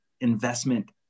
investment